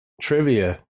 trivia